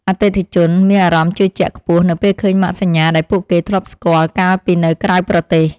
អតិថិជនមានអារម្មណ៍ជឿជាក់ខ្ពស់នៅពេលឃើញម៉ាកសញ្ញាដែលពួកគេធ្លាប់ស្គាល់កាលពីនៅក្រៅប្រទេស។